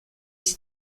sie